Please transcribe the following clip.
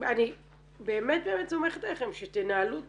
אני באמת באמת סומכת עליכם שתנהלו את